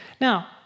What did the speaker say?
Now